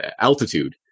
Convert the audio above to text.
altitude